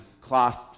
cloth